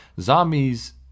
zombies